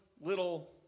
little